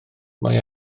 mae